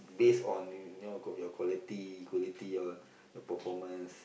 based on you know your quality quality your your performance